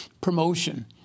promotion